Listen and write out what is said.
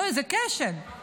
זה כשל,